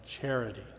charity